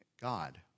God